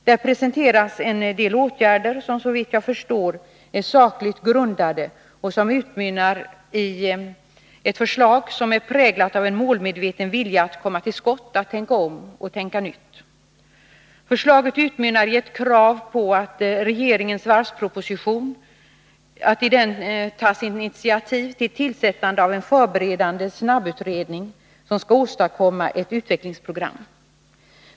Där presenteras en del förslag till åtgärder som, såvitt jag förstår, är sakligt grundade. De präglas av en målmedveten vilja att komma till skott, att tänka om och att ”tänka nytt”. Förslaget utmynnar i ett krav på att man i regeringens varvsproposition tar initiativ till tillsättandet av en förberedande snabbutredning som skall åstadkomma ett utvecklingsprogram.